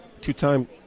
two-time